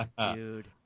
Dude